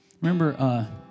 Remember